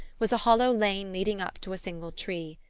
was a hollow lane leading up to a single tree.